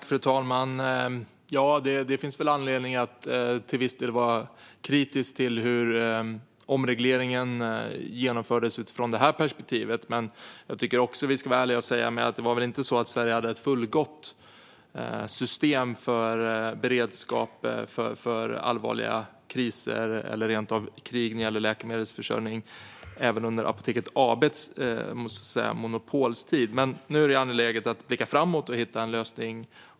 Fru talman! Det finns väl anledning att till viss del vara kritisk till hur omregleringen genomfördes utifrån det här perspektivet. Men vi ska också vara ärliga och säga att det inte var så att Sverige hade ett fullgott system för beredskap för allvarliga kriser eller rent av krig när det gäller läkemedelsförsörjning även under Apoteket AB:s monopoltid. Nu är det angeläget att blicka framåt och hitta en lösning.